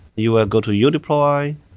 you'll go to your deploy,